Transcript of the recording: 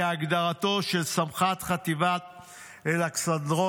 כהגדרתו של סמח"ט חטיבת אלכסנדרוני,